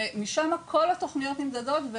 משם כל התוכניות נמדדות.